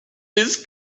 this